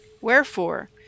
wherefore